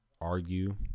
argue